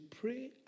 pray